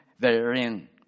Therein